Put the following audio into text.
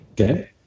okay